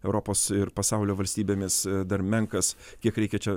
europos ir pasaulio valstybėmis dar menkas kiek reikia čia